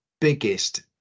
biggest